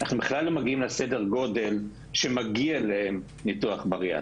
אנחנו בכלל לא מגיעים לסדר הגודל של מי שמגיע להם ניתוח בריאטרי.